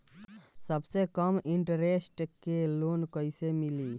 सबसे कम इन्टरेस्ट के लोन कइसे मिली?